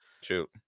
Shoot